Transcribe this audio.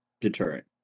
deterrent